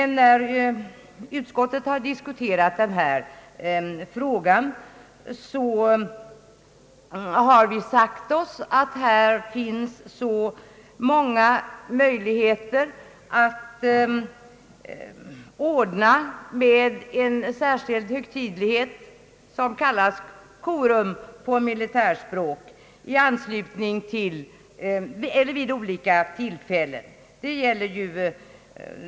När utskottet har diskuterat denna fråga har vi sagt oss att här finns så många möjligheter att vid olika tillfällen anordna den särskilda högtidlighet som på militärspråket kallas korum.